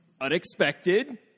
unexpected